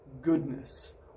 goodness